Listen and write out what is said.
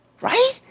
Right